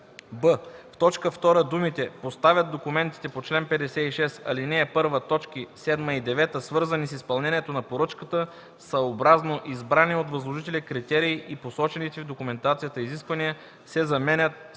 б) в т. 2 думите „поставят документите по чл. 56, ал. 1, т. 7 и 9, свързани с изпълнението на поръчката, съобразно избрания от възложителя критерий и посочените в документацията изисквания“ се заменят с